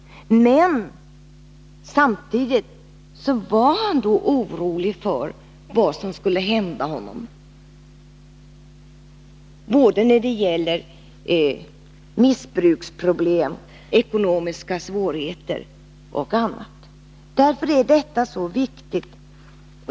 Men 15 att minska arbetslösheten bland invandrarungdom samtidigt var han orolig för vad som skulle kunna hända honom, han var rädd för missbruksproblem, ekonomiska svårigheter och annat. Därför är detta så viktigt.